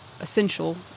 essential